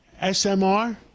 SMR